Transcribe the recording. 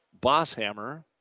Bosshammer